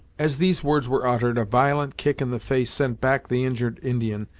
as these words were uttered a violent kick in the face sent back the injured indian,